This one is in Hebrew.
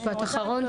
משפט אחרון,